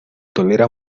tolera